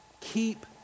Keep